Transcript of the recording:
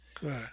Good